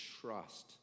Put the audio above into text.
trust